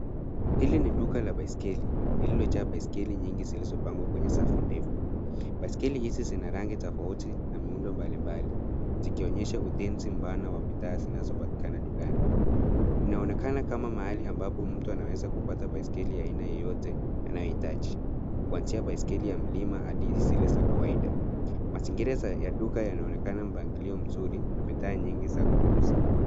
Hili ni duka la baiskeli lililojaa baiskeli nyingi zilizopangwa kwa safu ndefu. Baiskeli hizi zina rangi tofauti na muundo mbalimbali, zikionyesha uteuzi mpana wa bidhaa zinazopatikana dukani. Inaonekana kama mahali ambapo mtu anaweza kupata baiskeli ya aina yoyote anayohitaji, kuanzia baiskeli ya mlima hadi zile za kawaida. Mazingira ya duka yanaonekana ya mpangilio mzuri ya bidhaa nyingi za kuuza.